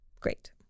great